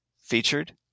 Featured